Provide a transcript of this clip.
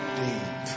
deep